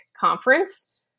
conference